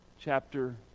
chapter